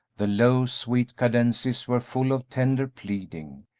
the low, sweet cadences were full of tender pleading,